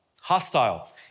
Hostile